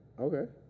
Okay